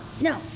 no